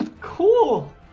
Cool